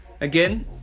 again